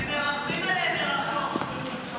כי הם מרחמים עליהם מרחוק.